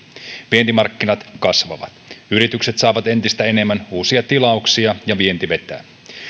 vientimarkkinat kasvavat yritykset saavat entistä enemmän uusia tilauksia ja vienti vetää